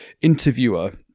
interviewer